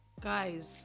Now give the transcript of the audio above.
guys